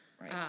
Right